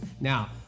Now